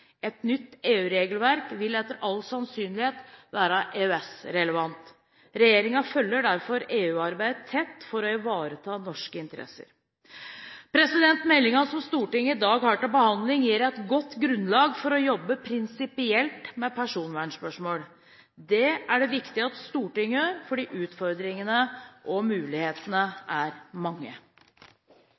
Et nytt EU-regelverk vil etter all sannsynlighet være EØS-relevant. Regjeringen følger derfor EU-arbeidet tett for å ivareta norske interesser. Meldingen som Stortinget i dag har til behandling, gir et godt grunnlag for å jobbe prinsipielt med personvernspørsmål. Det er det viktig at Stortinget gjør, fordi utfordringene og mulighetene er mange.